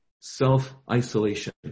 self-isolation